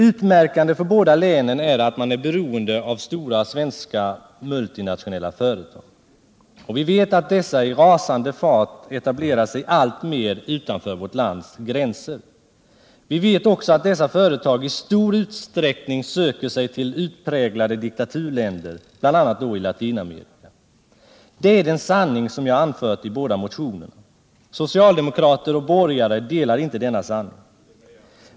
Utmärkande för båda länen är att man är beroende av stora svenska multinationella företag. Vi vet att dessa i rasande fart alltmer etablerar sig utanför vårt lands gränser. Vi vet också att dessa företag i stor utsträckning söker sig till utpräglade diktaturländer, bl.a. Latinamerika. Det är den sanning som jag anfört i båda motionerna. Socialdemokrater och borgare delar inte denna mening.